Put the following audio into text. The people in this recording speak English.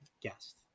guest